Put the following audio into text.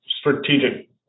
strategic